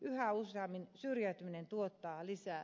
yhä useammin syrjäytyminen tuottaa lisää